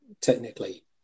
technically